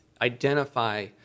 identify